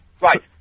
Right